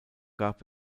gab